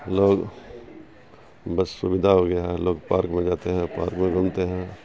لوگ بس سویدھا ہو گیا ہے لوگ پارک میں جاتے ہیں پارک میں گھومتے ہیں